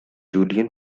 julian